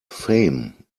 fame